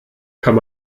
kann